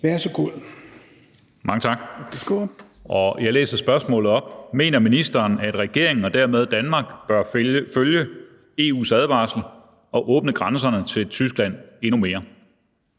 (DF): Mange tak. Jeg læser spørgsmålet op: Mener ministeren, at regeringen og dermed Danmark bør følge EU’s advarsel og åbne grænserne til Tyskland endnu mere?